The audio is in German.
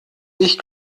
ich